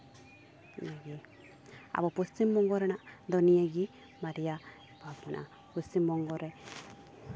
ᱟᱵᱚ ᱯᱚᱥᱪᱤᱢᱵᱚᱝᱜᱚ ᱨᱮᱱᱟᱜ ᱫᱚ ᱱᱤᱭᱟᱹᱜᱮ ᱵᱟᱨᱭᱟ ᱵᱷᱟᱜᱽ ᱢᱮᱱᱟᱜᱼᱟ ᱯᱚᱥᱪᱤᱢᱵᱚᱝᱜᱚ ᱨᱮ